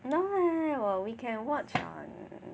no lah we can watch on